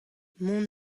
mont